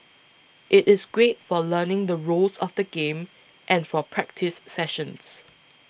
it is great for learning the rules of the game and for practice sessions